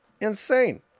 Insane